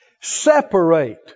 Separate